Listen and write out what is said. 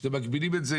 שאתם מגבילים את זה,